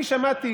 אני שמעתי